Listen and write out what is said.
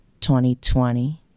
2020